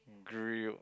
grilled